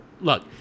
look